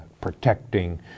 Protecting